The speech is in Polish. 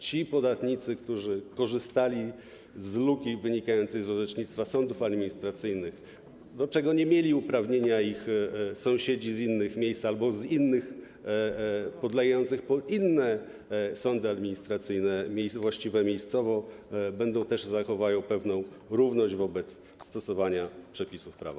Ci podatnicy, którzy korzystali z luki wynikającej z orzecznictwa sądów administracyjnych, do czego nie mieli uprawnienia, i ich sąsiedzi z innych miejsc albo podlegający innym sądom administracyjnym właściwym miejscowo zachowają pewną równość wobec stosowania przepisów prawa.